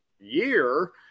year